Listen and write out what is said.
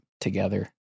together